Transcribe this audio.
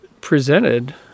presented